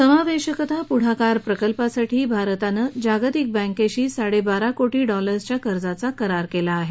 समावेशकता पुढाकार प्रकल्पासाठी भारतानं जागतिक बँकेशी साडेबारा कोटी डॉलर्सच्या कर्जाचा करार केला आहे